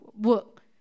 work